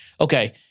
Okay